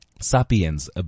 Sapiens